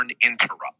interrupt